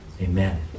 Amen